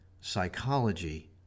psychology